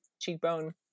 cheekbone